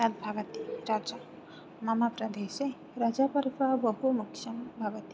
तद् भवति रज मम प्रदेशे रजपर्व बहुमुख्यं भवति